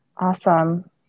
awesome